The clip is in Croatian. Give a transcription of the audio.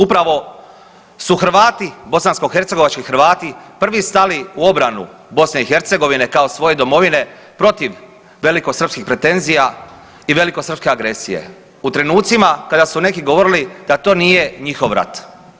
Upravo su Hrvati, bosanskohercegovački Hrvati prvi stali u obranu BiH kao svoje domovine protiv velikosrpskih pretenzija i velikosrpske agresije u trenucima kada su neki govorili da to nije njihov rat.